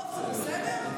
לרדוף זה בסדר?